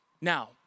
Now